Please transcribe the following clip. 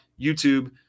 YouTube